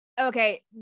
Okay